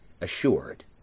assured